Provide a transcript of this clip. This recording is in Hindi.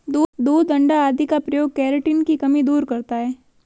दूध अण्डा आदि का प्रयोग केराटिन की कमी दूर करता है